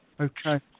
okay